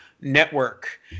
Network